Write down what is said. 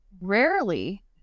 rarely